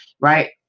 right